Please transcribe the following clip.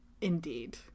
indeed